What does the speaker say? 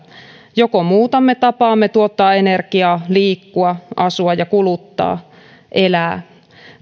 joko muutamme tapaamme tuottaa energiaa liikkua asua kuluttaa ja elää